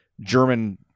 German